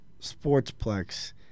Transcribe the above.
Sportsplex